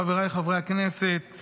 חבריי חברי הכנסת,